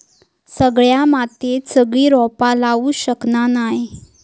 सगळ्या मातीयेत सगळी रोपा लावू शकना नाय